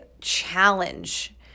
challenge